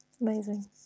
amazing